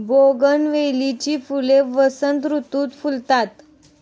बोगनवेलीची फुले वसंत ऋतुत फुलतात